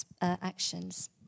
actions